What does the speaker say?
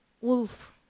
Woof